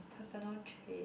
personal trait